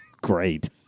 Great